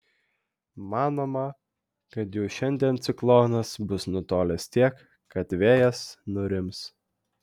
manoma kad jau šiandien ciklonas bus nutolęs tiek kad vėjas nurims